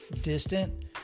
distant